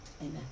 Amen